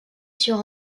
sur